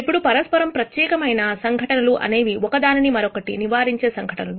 ఇప్పుడు పరస్పరం ప్రత్యేకమైన సంఘటనలు అనేవి ఒక దానిని మరొకటి నివారించే సంఘటనలు